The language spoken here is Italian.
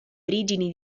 origini